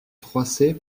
froissée